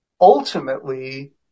ultimately